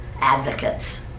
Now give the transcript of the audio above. advocates